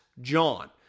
john